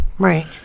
Right